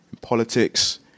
politics